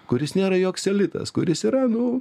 kuris nėra joks elitas kuris yra nu